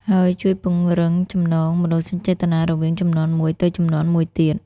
ហើយជួយពង្រឹងចំណងមនោសញ្ចេតនារវាងជំនាន់មួយទៅជំនាន់មួយទៀត។